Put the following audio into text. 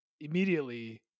immediately